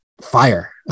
fire